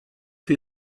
für